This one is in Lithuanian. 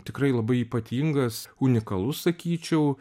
tikrai labai ypatingas unikalus sakyčiau